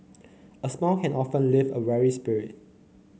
a smile can often lift a weary spirit